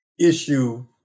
issue